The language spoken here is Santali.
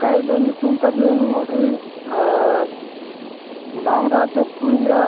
ᱜᱟᱹᱭ ᱫᱚ ᱧᱩᱛᱩᱢ ᱠᱟᱫᱮᱭᱟᱹᱧ ᱢᱩᱰᱨᱤ ᱟᱨ ᱰᱟᱝᱨᱟ ᱫᱚ ᱠᱩᱲᱭᱟᱹ